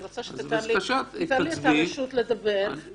אני רוצה שתיתן לי את הרשות לדבר,